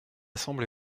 semblé